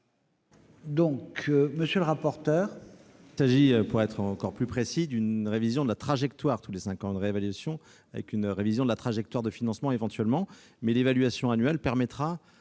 chose, monsieur le rapporteur.